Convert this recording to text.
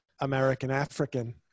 American-African